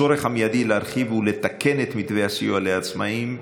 בנושא: הצורך המיידי להרחיב ולתקן את מתווה הסיוע לעצמאים,